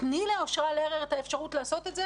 תני לאושרה לרר אפשרות לעשות את זה,